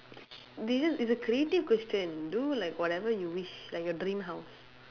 did you it's a creative question do like whatever you wish like your dream house